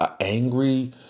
angry